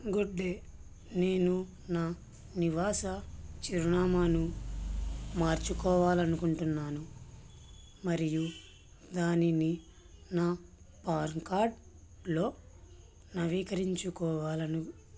good day నేను నా నివాస చిరునామాను మార్చుకోవాలి అనుకుంటూన్నాను మరియు దానిని నా పాన్ కార్డ్లో నవీకరించుకోవాలి